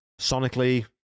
Sonically